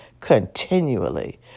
continually